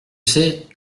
sais